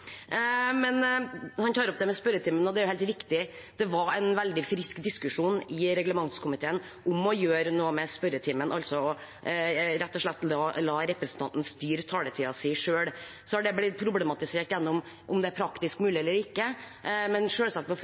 Han tar opp det med spørretimen, og det er helt riktig at det var en veldig frisk diskusjon i reglementskomiteen om å gjøre noe med spørretimen, altså rett og slett å la representanten styre taletiden sin selv. Det har blitt problematisert ved om det er praktisk mulig eller ikke. Men